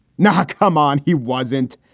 not come on. he wasn't.